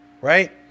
Right